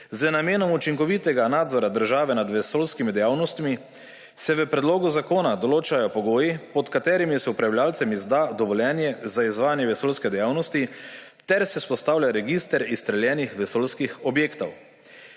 Z namenom učinkovitega nadzora države nad vesoljskimi dejavnostmi se v predlogu zakona določajo pogoji, pod katerimi se upravljavcem izda dovoljenje za izvajanje vesoljske dejavnosti, ter se vzpostavlja register izstreljenih vesoljskih objektov.